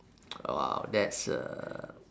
oh !wow! that's a